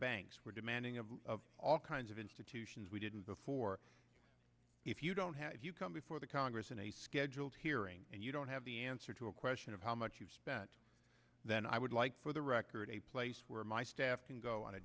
banks we're demanding of all kinds of institutions we didn't before if you don't have if you come before the congress in a scheduled hearing and you don't have the answer to a question of how much you spent then i would like for the record a place where my staff can go on a